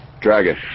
Dragon